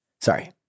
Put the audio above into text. Sorry